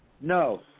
No